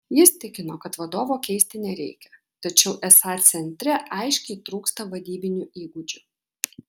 jis tikino kad vadovo keisti nereikia tačiau esą centre aiškiai trūksta vadybinių įgūdžių